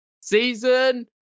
Season